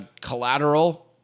Collateral